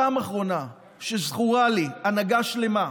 הפעם האחרונה שזכור לי שהנהגה שלמה,